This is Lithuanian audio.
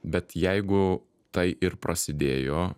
bet jeigu tai ir prasidėjo